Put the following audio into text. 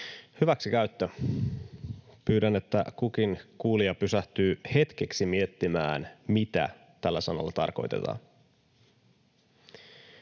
Hyväksikäyttö. Pyydän, että kukin kuulija pysähtyy hetkeksi miettimään, mitä tällä sanalla tarkoitetaan.